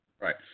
Right